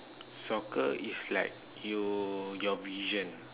soccer is like you your vision